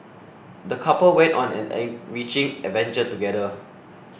the couple went on an enriching adventure together